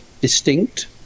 distinct